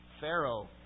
Pharaoh